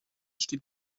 steht